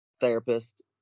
therapist